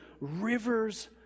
rivers